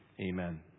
Amen